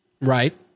Right